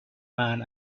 man